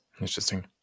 Interesting